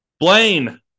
Blaine